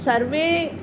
सर्वे